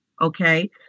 Okay